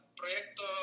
proyecto